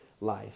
life